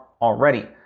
already